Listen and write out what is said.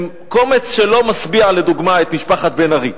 הם קומץ שלא משביע לדוגמה את משפחת בן-ארי.